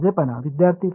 विद्यार्थी फेज